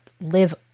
live